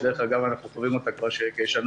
שדרך אגב אנחנו חווים אותה כבר כשנה,